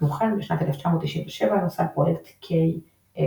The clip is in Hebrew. כמו כן, בשנת 1997 נוסד פרויקט Xfce